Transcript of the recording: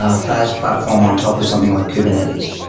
ah faas platform on top of something like kubernetes.